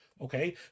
okay